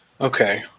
Okay